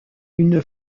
une